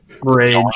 rage